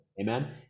Amen